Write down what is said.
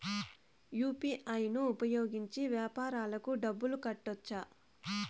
UPI ను ఉపయోగించి వ్యాపారాలకు డబ్బులు కట్టొచ్చా?